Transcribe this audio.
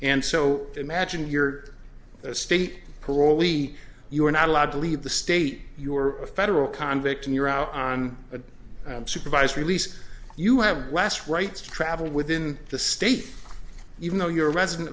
and so imagine your state parolee you're not allowed to leave the state you're a federal convict and you're out on a supervised release you have last rights to travel within the state even though you're a resident